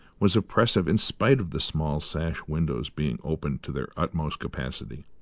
was oppressive in spite of the small sash windows being opened to their utmost capacity.